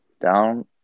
down